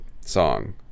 song